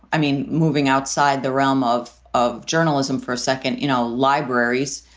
i mean, moving outside the realm of of journalism for a second. you know, libraries,